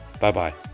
bye-bye